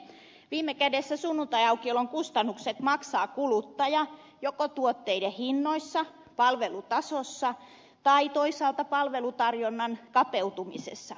viime kädessä sunnuntaiaukiolon kustannukset maksaa kuluttaja joko tuotteiden hinnoissa palvelutasossa tai toisaalta palvelutarjonnan kapeutumisessa